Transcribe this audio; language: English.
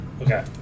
Okay